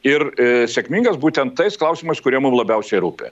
ir sėkmingas būtent tais klausimais kurie mum labiausiai rūpi